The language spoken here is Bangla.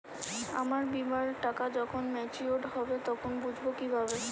আমার বীমার টাকা যখন মেচিওড হবে তখন বুঝবো কিভাবে?